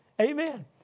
Amen